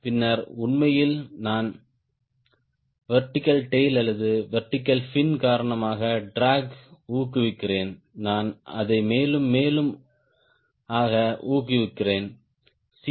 பின்னர் உண்மையில் நான் வெர்டிகல் டேய்ல் அல்லது வெர்டிகல் பின் காரணமாக ட்ராக் ஊக்குவிக்கிறேன் நான் அதை மேலும் மேலும் ஆக ஊக்குவிக்கிறேன் C